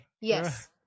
Yes